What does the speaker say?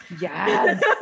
yes